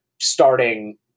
starting